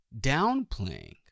downplaying